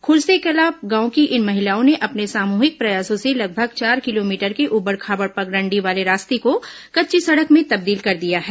खुरसेकला गांव की इन महिलाओं ने अपने सामूहिक प्रयासों से लगभग चार किलोमीटर के उबड़ खाबड़ पगडंडी वाले रास्ते को कच्ची सड़क में तब्दील कर दिया है